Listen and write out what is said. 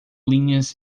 linhas